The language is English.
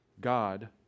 God